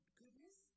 goodness